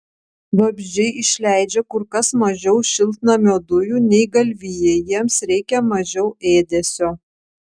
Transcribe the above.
vabzdžiai išleidžia kur kas mažiau šiltnamio dujų nei galvijai jiems reikia mažiau ėdesio